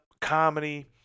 comedy